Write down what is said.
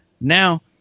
Now